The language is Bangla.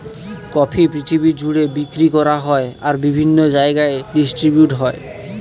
কফি পৃথিবী জুড়ে বিক্রি করা হয় আর বিভিন্ন জায়গায় ডিস্ট্রিবিউট হয়